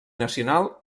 nacional